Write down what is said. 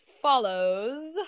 follows